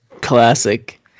Classic